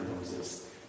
Moses